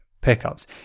pickups